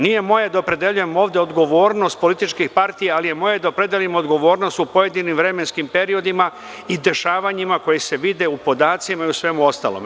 Nije moje da opredeljujem ovde odgovornost političkih partija, ali je moje da opredelim odgovornost u pojedinim vremenskim periodima i dešavanjima koji se vide u podacima i svemu ostalom.